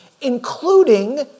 including